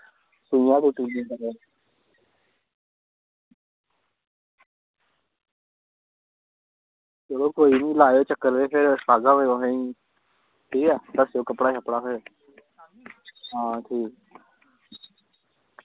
इ'यां गै सीत्ते दा होंदा चलो कोई निं लाओ तुस चक्कर फिर सनागा में तुसेंगी ठीक ऐ दस्सेओ कपड़ा शप्पड़ फिर हां ठीक